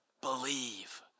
Believe